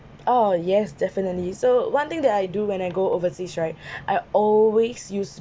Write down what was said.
oh yes definitely so one thing that I do when I go overseas right I always use